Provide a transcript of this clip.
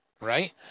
right